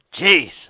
Jeez